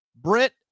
Brit